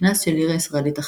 וקנס של לירה ישראלית אחת,